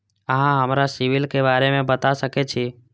अहाँ हमरा सिबिल के बारे में बता सके छी?